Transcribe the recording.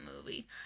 movie